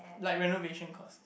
like renovation cost